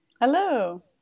Hello